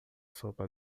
sopa